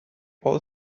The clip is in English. all